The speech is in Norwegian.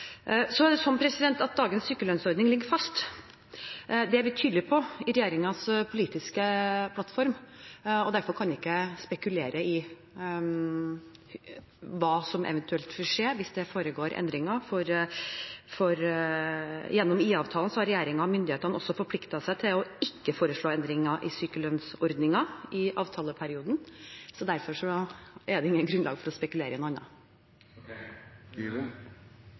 Så er det slik at dagens sykelønnsordning ligger fast. Det er vi tydelige på i regjeringens politiske plattform. Derfor kan jeg ikke spekulere i hva som eventuelt vil skje hvis det foregår endringer. Gjennom IA-avtalen har regjeringen og myndighetene også forpliktet seg til ikke å foreslå endringer i sykelønnsordningen i avtaleperioden. Derfor er det ikke grunnlag for å spekulere i noe